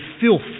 filth